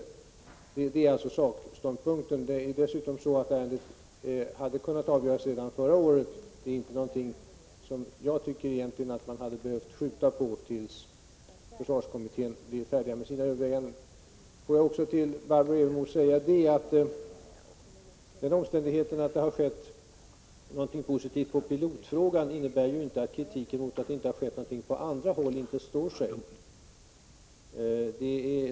Det är alltså sakståndpunkten. Dessutom hade ärendet kunnat avgöras förra året. Detta är ingenting som man hade behövt skjuta på tills försvarskommittén skulle bli färdig med sina överväganden. Får jag också säga till Barbro Evermo att den omständigheten att det har skett någonting positivt i pilotfrågan inte på något sätt innebär att kritiken mot att det inte har skett någonting på andra håll inte står sig.